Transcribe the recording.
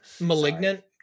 malignant